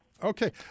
Okay